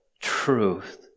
truth